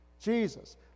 Jesus